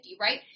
right